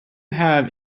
have